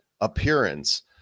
appearance